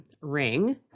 ring